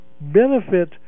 benefit